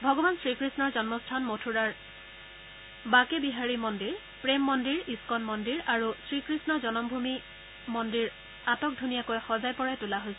ভগৱান শ্ৰীকৃষ্ণৰ জন্মস্থান মথুৰাৰ বাকে বিহাৰী মন্দিৰ প্ৰেম মন্দিৰ ইছকন মন্দিন আৰু শ্ৰীকৃষ্ণ জন্মভূমি মন্দিৰ আটক ধুনীয়াকৈ সজাই পৰাই তোলা হৈছে